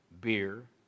Beer